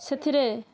ସେଥିରେ